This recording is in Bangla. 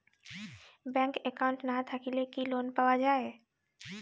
ব্যাংক একাউন্ট না থাকিলে কি লোন পাওয়া য়ায়?